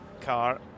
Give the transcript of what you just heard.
car